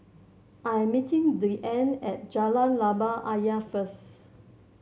I am meeting Deann at Jalan Labu Ayer first